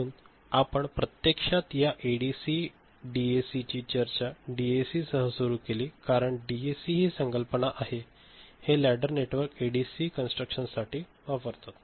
म्हणूनच आम्ही प्रत्यक्षात या एडीसी डॅकची चर्चा डीएसी सह सुरू केली कारण डीएसी ही संकल्पना आहे हे लॅडर नेटवर्क एडीसी कॉन्स्ट्रुकशन साठी वापरतात